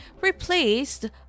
replaced